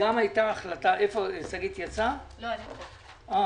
שגית, אנחנו